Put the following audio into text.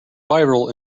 viral